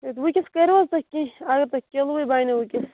ؤنکیٚس کٔرِو حظ تُہۍ کٚیٚنہہ اَگرٕے تۄہہِ کِلوٗوے بَنیو ؤنکیٚس